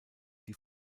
die